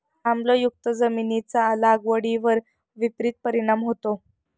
आम्लयुक्त जमिनीचा लागवडीवर विपरीत परिणाम होतो